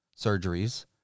surgeries